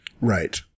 Right